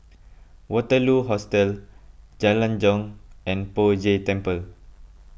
Waterloo Hostel Jalan Jong and Poh Jay Temple